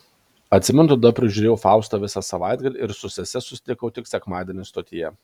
atsimenu tada prižiūrėjau faustą visą savaitgalį ir su sese susitikau tik sekmadienį stotyje